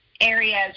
areas